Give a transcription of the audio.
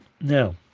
now